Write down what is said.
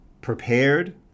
prepared